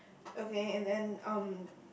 okay and then um